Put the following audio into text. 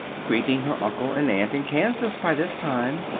greeting her uncle and aunt in kansas, by this time,